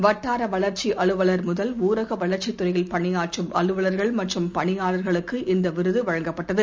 வட்டாரவளர்ச்சிஅலுவலர் முதல் ஊரகவளர்ச்சித் துறையில் பணியாற்றும் அலுவலர்கள் மற்றும் பணியாளர்களுக்கு இந்தவிருதுவழங்கப்பட்டது